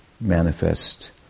manifest